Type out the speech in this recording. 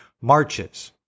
marches